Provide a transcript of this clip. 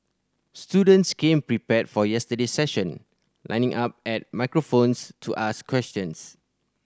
students came prepared for yesterday's session lining up at microphones to ask questions